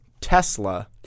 Tesla